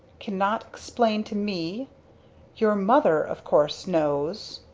cannot explain to me your mother, of course, knows?